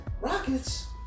rockets